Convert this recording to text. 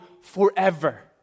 forever